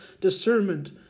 discernment